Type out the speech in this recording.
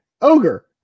Ogre